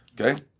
Okay